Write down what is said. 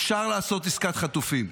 אפשר לעשות עסקת חטופים.